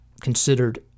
considered